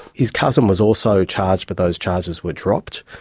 his cousin was also charged but those charges were dropped.